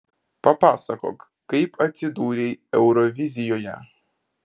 papasakok kaip atsidūrei eurovizijoje